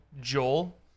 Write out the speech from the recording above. Joel